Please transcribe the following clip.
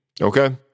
okay